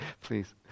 Please